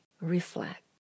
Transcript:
reflect